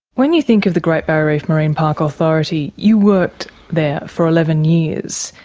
when you think of the great barrier reef marine park authority, you worked there for eleven years,